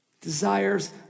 desires